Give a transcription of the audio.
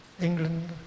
England